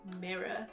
mirror